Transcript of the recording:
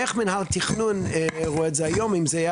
איך מינהל תכנון רואה את זה היום אם זה היה